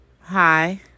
hi